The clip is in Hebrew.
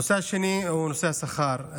הנושא השני הוא נושא השכר.